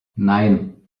nein